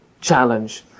challenge